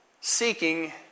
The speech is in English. Seeking